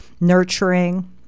nurturing